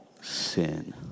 sin